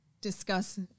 discuss